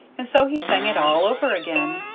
and so he sang it all over again.